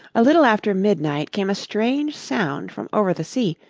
a little after midnight came a strange sound from over the sea,